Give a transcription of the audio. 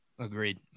Agreed